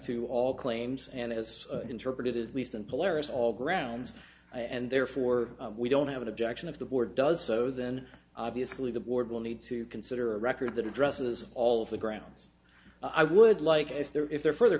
to all claims and as interpreted at least in palermo's all grounds and therefore we don't have an objection of the board does so then obviously the board will need to consider a record that addresses all of the grounds i would like if they're if they're further